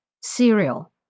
cereal